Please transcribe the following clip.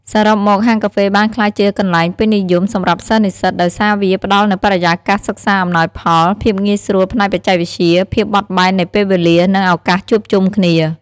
សរុបមក ហាងកាហ្វេបានក្លាយជាកន្លែងពេញនិយមសម្រាប់សិស្សនិស្សិត ដោយសារវាផ្ដល់នូវបរិយាកាសសិក្សាអំណោយផល ភាពងាយស្រួលផ្នែកបច្ចេកវិទ្យា ភាពបត់បែននៃពេលវេលា និងឱកាសជួបជុំគ្នា។